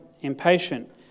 impatient